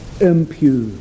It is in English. impure